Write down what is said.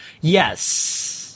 Yes